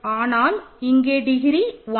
ஆனால் இங்கே டிகிரி 1